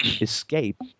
escape